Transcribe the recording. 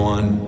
One